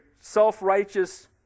self-righteous